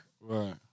Right